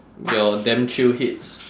your damn chill hits